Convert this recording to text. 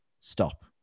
stop